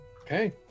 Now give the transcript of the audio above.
Okay